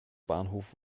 bahnhof